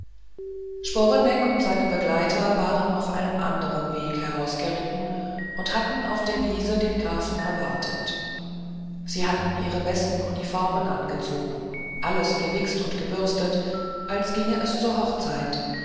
sporeneck und sein begleiter waren auf einem andern weg herausgeritten und hatten auf der wiese den grafen erwartet sie hatten ihre besten uniformen angezogen alles gewichst und gebürstet als ginge es zur hochzeit